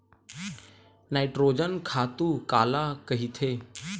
Nitrogen खातु काला कहिथे?